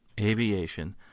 aviation